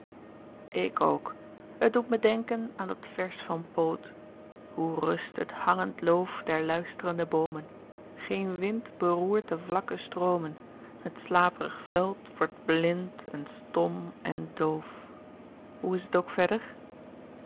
ik ook het doet me denken aan dat vers van poot hoe rust het hangend loof der luisterende boomen geen wind beroert de vlakke stroomen het slaperige veld wordt blind en stom en doof hoe is t ook verder